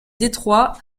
détroit